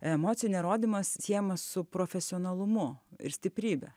emocijų nerodymas siejamas su profesionalumu ir stiprybe